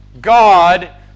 God